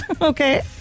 okay